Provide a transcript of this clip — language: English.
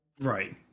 right